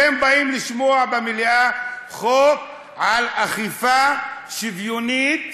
אתם באים לשמוע במליאה חוק על אכיפה שוויונית